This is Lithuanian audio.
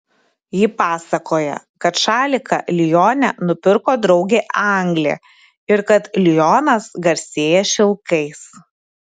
ji pasakoja kad šaliką lione nupirko draugė anglė ir kad lionas garsėja šilkais